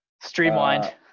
streamlined